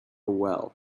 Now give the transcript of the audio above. well